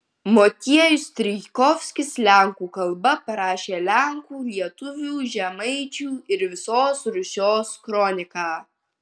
motiejus strijkovskis lenkų kalba parašė lenkų lietuvių žemaičių ir visos rusios kroniką